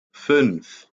fünf